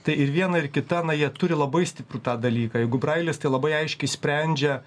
tai ir viena ir kita na jie turi labai stiprų tą dalyką jeigu brailis tai labai aiškiai sprendžia